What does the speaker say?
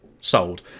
sold